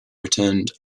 returned